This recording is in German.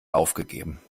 aufgegeben